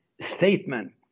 statement